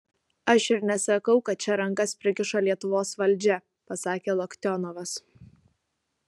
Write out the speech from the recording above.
aš ir nesakau kad čia rankas prikišo lietuvos valdžia pasakė loktionovas